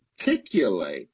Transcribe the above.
articulate